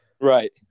Right